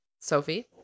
Sophie